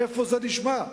איפה זה נשמע?